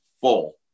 full